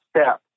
step